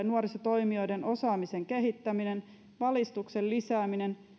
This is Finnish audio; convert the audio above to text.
nuorisotoimijoiden osaamisen kehittäminen valistuksen lisääminen